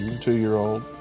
two-year-old